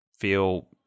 feel